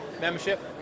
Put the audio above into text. Membership